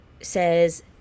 says